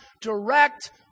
direct